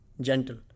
gentle